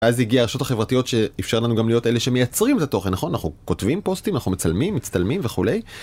ואז הגיע הרשתות החברתיות שאיפשר לנו גם להיות אלה שמייצרים את התוכן, נכון? אנחנו כותבים פוסטים, אנחנו מצלמים, מצטלמים וכולי.